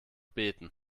beten